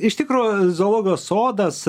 iš tikro zoologijos sodas